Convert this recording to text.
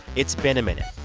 it's been a minute.